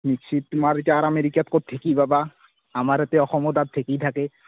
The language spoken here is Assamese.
মিক্সিত তোমাৰ ইতা আমেৰিকাত ক'ত ঢেঁকি পাবা আমাৰ এতে অসমত আৰু ঢেঁকি থাকে